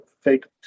fake